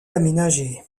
aménagé